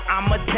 I'ma